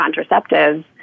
contraceptives